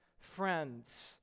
friends